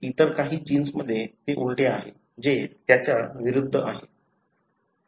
इतर काही जीन्समध्ये ते उलट आहे जे त्याच्या विरुद्ध आहे